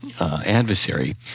adversary